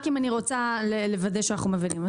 אני רוצה לוודא שאנחנו מבינים.